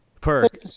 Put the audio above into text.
Perk